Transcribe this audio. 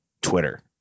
Twitter